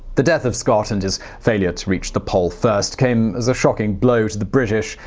the death of scott, and his failure to reach the pole first, came as a shocking blow to the british.